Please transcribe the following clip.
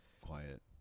quiet